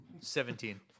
seventeen